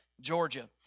Georgia